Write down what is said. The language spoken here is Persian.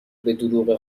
بهدروغ